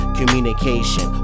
communication